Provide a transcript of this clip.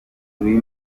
uri